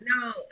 No